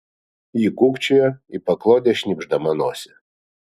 ji kūkčiojo į paklodę šnypšdama nosį